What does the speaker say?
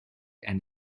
and